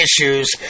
issues